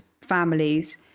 families